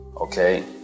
okay